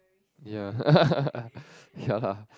ya ya